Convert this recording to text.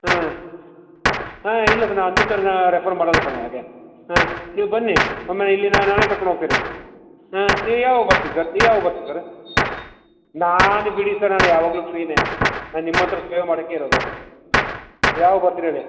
ಹಾಂ ಹಾಂ ಇಲ್ಲ ಸರ್ ನಾವು ಅಂತಿಂತೋರ್ನ ರೆಫರ್ ಮಾಡಲ್ಲ ಸರ್ ನಾವು ಹಾಗೆ ಹಾಂ ನೀವು ಬನ್ನಿ ಒಮ್ಮೆ ಇಲ್ಲಿ ನಾನೇ ಕರ್ಕೊಂಡು ಹೋಗ್ತೀನಿ ಹಾಂ ನೀವ್ಯಾವಾಗ ಬರ್ತೀರಿ ಸರ್ ನೀವ್ಯಾವಾಗ ಬರ್ತಿರಿ ಸರ ನಾನು ಬಿಡಿ ಸರ್ ನಾನು ಯಾವಾಗಲೂ ಫ್ರೀನೇ ನಾನು ನಿಮ್ಮಂಥೋರ ಸೇವೆ ಮಾಡೋಕ್ಕೆ ಇರೋದು ಯಾವಾಗ ಬರ್ತೀರಿ ಹೇಳಿ